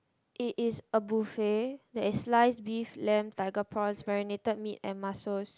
it is a buffet there is sliced beef lamb tiger prawns marinated meat and mussels